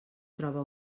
troba